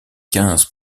quinze